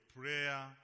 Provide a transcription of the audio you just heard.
prayer